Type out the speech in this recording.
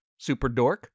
superdork